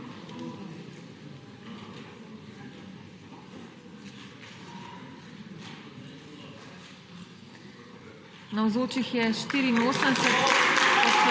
Navzočih je 84